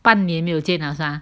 半年没有见 liao 是吗